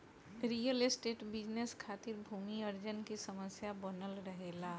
real estate business खातिर भूमि अर्जन की समस्या बनल रहेला